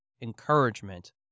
encouragement